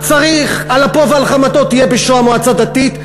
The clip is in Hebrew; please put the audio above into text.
על אפו ועל חמתו תהיה מועצה דתית.